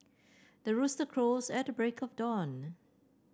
the rooster crows at the break of dawn